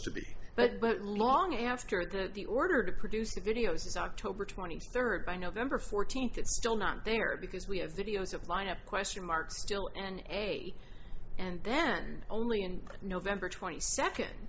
to be but but long after that the order to produce the videos is october twenty third by november fourteenth it's still not there because we have videos of lined up question mark still and a and then only in november twenty second